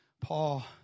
Paul